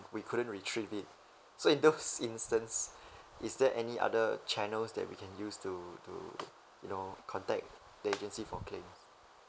we couldn't retrieve it so in those instance is there any other channels that we can use to to you know contact the agency for claim